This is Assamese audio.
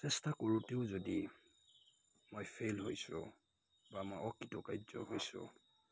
চেষ্টা কৰোঁতেও যদি মই ফেইল হৈছোঁ বা মই অকৃতকাৰ্য হৈছোঁ